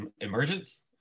emergence